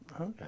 okay